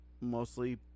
mostly